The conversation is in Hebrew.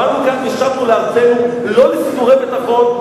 באנו לכאן ושבנו לארצנו לא לסידורי ביטחון.